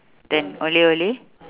than olay olay